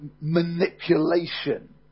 manipulation